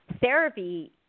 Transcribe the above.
therapy